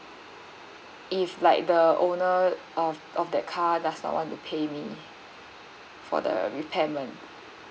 if like the owner of of that car does not want to pay me for the repairment